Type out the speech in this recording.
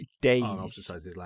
days